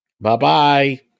Bye-bye